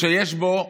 דמוקרטי, שיש בו,